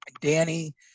Danny